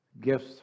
gifts